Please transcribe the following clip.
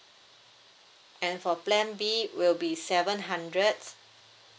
and for plan B will be seven hundreds